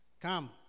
Come